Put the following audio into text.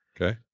Okay